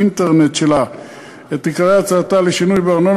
האינטרנט שלה את עיקרי הצעתה לשינוי בארנונה,